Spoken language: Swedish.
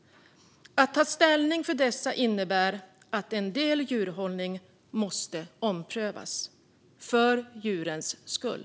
Att ta ställning för detta innebär att en del djurhållning måste omprövas - för djurens skull.